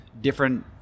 different